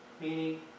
meaning